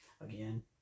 Again